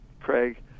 Craig